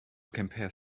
compare